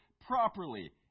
properly